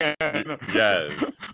Yes